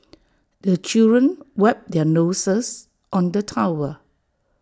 the children wipe their noses on the towel